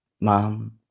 Mom